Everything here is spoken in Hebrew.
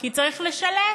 כי צריך לשלם.